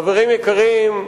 חברים יקרים,